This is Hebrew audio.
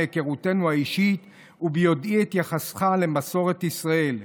מהיכרותנו האישית וביודעי את יחסך למסורת ישראל,